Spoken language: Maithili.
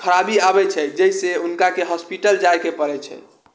खराबी आबै छै जाहिसँ हुनकाके हॉस्पिटल जाइके पड़ै छै